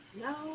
No